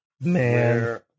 Man